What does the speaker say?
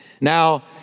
Now